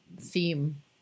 theme